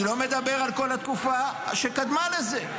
אני לא מדבר על כל התקופה שקדמה לזה.